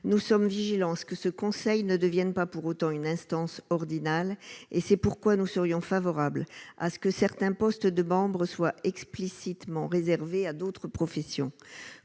nous sommes vigilants à ce que ce conseil ne deviennent pas pour autant une instance ordinale et c'est pourquoi nous serions favorables à ce que certains postes de membres soit explicitement réservé à d'autres professions,